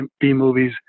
B-movies